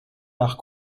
nach